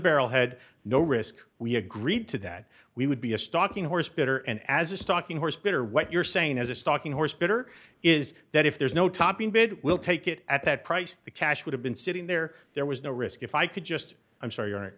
barrelhead no risk we agreed to that we would be a stalking horse bitter and as a stalking horse peter what you're saying as a stalking horse peter is that if there's no topping bid we'll take it at that price the cash would have been sitting there there was no risk if i could just i'm sorry